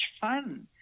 fun